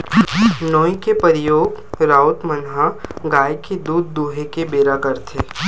नोई के परियोग राउत मन ह गाय के दूद दूहें के बेरा करथे